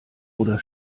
oder